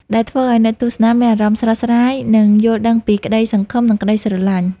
ដែលធ្វើឱ្យអ្នកទស្សនាមានអារម្មណ៍ស្រស់ស្រាយ និងយល់ដឹងពីក្តីសង្ឃឹម និងក្តីស្រឡាញ់។